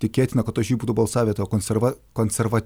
tikėtina kad už jį būtų balsavę to konserva konserva